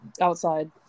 outside